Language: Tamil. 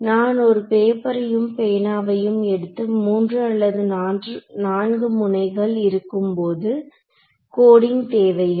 நான் ஒரு பேப்பரையும் பேனாவையும் எடுத்து 3 அல்லது 4 முனைகள் இருக்கும்போது கோடிங் தேவையில்லை